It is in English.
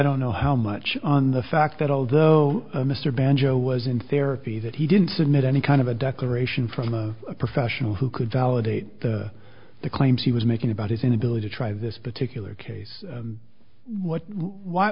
don't know how much on the fact that although mr banjo was in therapy that he didn't submit any kind of a declaration from a professional who could validate the the claims he was making about his inability to try this particular case what